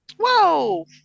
Whoa